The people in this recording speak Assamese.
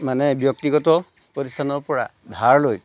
মানে ব্যক্তিগত প্ৰতিষ্ঠানৰ পৰা ধাৰ লৈ